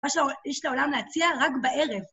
מה שיש לעולם להציע, רק בערב.